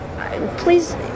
Please